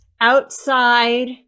outside